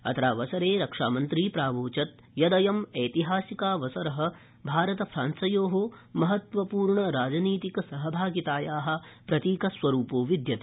अत्रावसरे रक्षामन्त्री प्रावोचत् यदयम् ऐतिहासिकोवसर भारतक्रांसयो महत्त्वपूर्ण रणनीतिक सहभागिताया प्रतीकस्वरूपो विद्यते